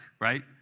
right